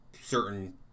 certain